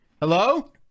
Hello